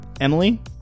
Emily